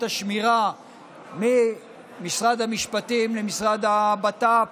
השמירה ממשרד המשפטים למשרד הבט"פ,